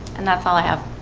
and that's all i have